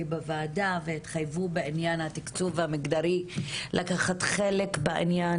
בוועדה והתחייבו בעניין התקצוב המגדרי לקחת חלק בעניין